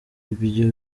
ibyo